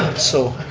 so,